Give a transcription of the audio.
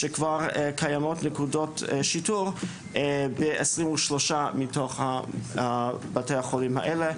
שכבר קיימות נקודות שיטור ב-23 מתוך בתי החולים האלה.